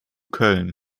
köln